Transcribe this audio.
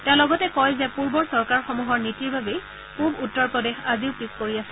তেওঁ লগতে কয় যে পূৰ্বৰ চৰকাৰসমূহৰ নীতিৰ বাবেই পূব উত্তৰ প্ৰদেশ আজিও পিছপৰি আছে